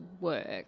work